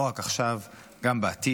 לא רק עכשיו, גם בעתיד.